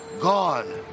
gone